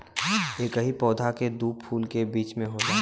एकही पौधा के दू फूल के बीच में होला